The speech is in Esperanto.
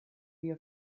via